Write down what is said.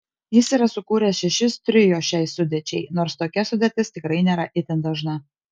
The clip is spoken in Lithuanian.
jis yra sukūręs šešis trio šiai sudėčiai nors tokia sudėtis tikrai nėra itin dažna